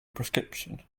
prescription